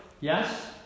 Yes